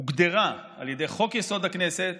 הוגדר על ידי חוק-יסוד: הכנסת,